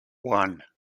one